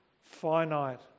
finite